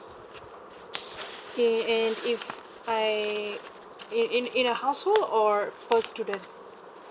eh and if I in in a household or per student